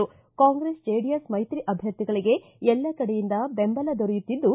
ಕಾಂಗ್ರೆಸ್ ಜೆಡಿಎಸ್ ಮೈತ್ರಿ ಅಭ್ಯರ್ಥಿಗಳಿಗೆ ಎಲ್ಲ ಕಡೆಯಿಂದ ಬೆಂಬಲ ದೊರೆಯುತ್ತಿದ್ದು